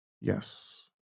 Yes